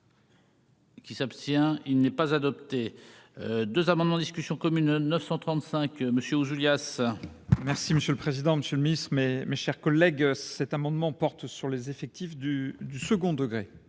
Qui s'abstient, il n'est pas adopté 2 amendements discussion commune 935 monsieur Julia. Merci monsieur le président, monsieur Miss mais mes chers collègues, cet amendement porte sur les effectifs du du second degré